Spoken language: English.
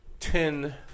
Ten